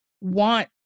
want